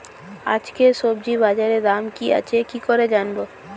আজকে সবজি বাজারে দাম কি আছে কি করে জানবো?